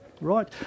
right